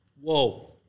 Whoa